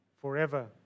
forever